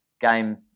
game